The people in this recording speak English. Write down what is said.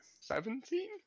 Seventeen